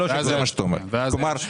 כלומר,